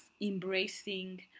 embracing